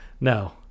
No